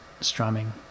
strumming